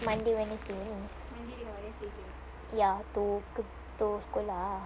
monday wednesday only ya to to sekolah lah